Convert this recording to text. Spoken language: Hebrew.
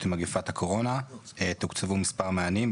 עם מגפת הקורונה תוקצבו מספר מענים,